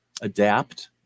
adapt